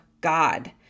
god